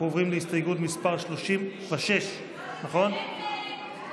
אנחנו עוברים להסתייגות מס' 36. הצבעה.